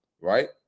Right